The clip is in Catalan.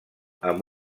amb